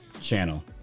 channel